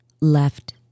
left